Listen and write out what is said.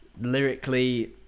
lyrically